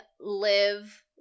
live